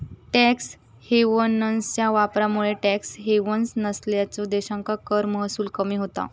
tax हेव्हन्सच्या वापरामुळे tax havens नसलेल्यो देशांका कर महसूल कमी होता